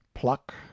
pluck